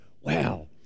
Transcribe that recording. wow